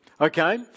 okay